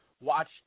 watch